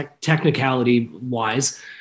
technicality-wise